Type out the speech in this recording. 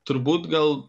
turbūt gal